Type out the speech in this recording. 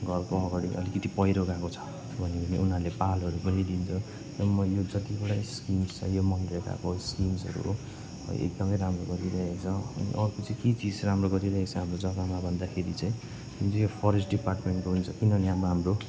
घरको अगाडि अलिकति पैह्रो गएको छ भन्यो भने उनीहरूले पालहरू पनि दिन्छ र म यो जतिवटा स्किम्स् छ यो मनरेगाको स्किम्सहरू हो एकदमै राम्रो गरिरहेको छ अनि अर्को चाहिँ के चिज राम्रो गरिरहेको छ हाम्रो जग्गामा भन्दाखेरि चाहिँ जुन चाहिँ यो फरेस्ट डिपार्टमेन्टको हुन्छ किनभने अब हाम्रो